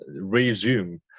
resume